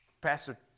pastor